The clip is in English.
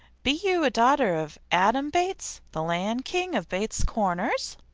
be you a daughter of adam bates, the land king, of bates corners?